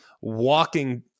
walking